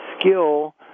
skill